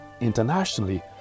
internationally